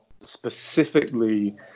specifically